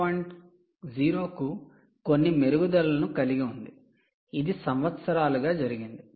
0 కు కొన్ని మెరుగుదలలను కలిగి ఉంది ఇది సంవత్సరాలుగా జరిగింది